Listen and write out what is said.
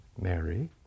Mary